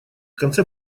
конце